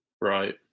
Right